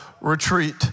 retreat